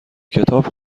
کتاب